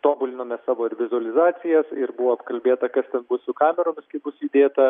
tobulinome savo ir vizualizacijas ir buvo apkalbėta kas ten bus su kameromis kaip bus įdėta